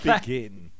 begin